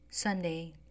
Sunday